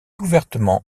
ouvertement